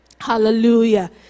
Hallelujah